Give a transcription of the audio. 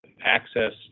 access